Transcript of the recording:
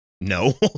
No